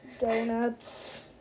donuts